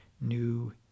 new